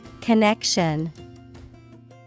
Connection